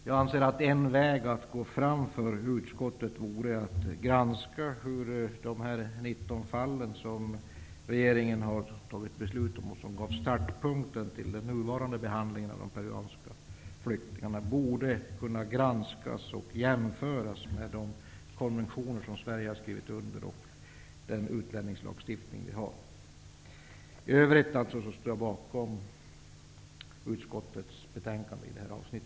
Jag anser att en väg för utskottet att gå fram vore att granska om de 19 fall som regeringen har fattat beslut om och som var startpunkten för den nuvarande behandlingen av de peruanska flyktingarna har behandlats i enlighet med svensk utlänningslagstiftning och de konventioner som Sverige har skrivit under. I övrigt ställer jag mig bakom utskottets skrivning i detta avsnitt.